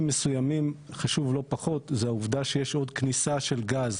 מסוימים חשוב לא פחות זה העובדה שיש עוד כניסה של גז,